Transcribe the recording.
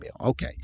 Okay